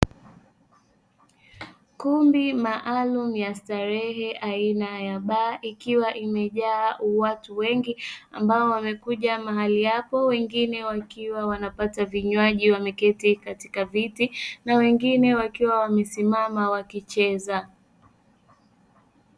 Kumbi maalumu ya starehe aina ya baa ikiwa imejaa watu wengi ambao wamekuja mahali hapo, wengine wakiwa wanapata vinywaji wameketi katika viti na wengine wakiwa wamesimama wakicheza.